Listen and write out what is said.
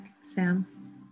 Sam